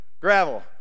Gravel